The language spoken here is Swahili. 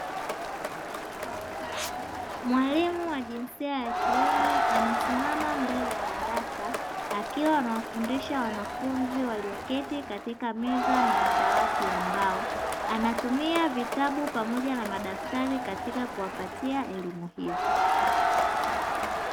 Mwalimu wa jinsia ya kiume amesimama mbele ya darasa, akiwa anawafundisha wanafunzi walioketi katika meza na madawati ya mbao, anatamia vitabu pamoja na madaftari katika kuwapatia elimu hiyo.